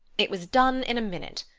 it was done in a minute.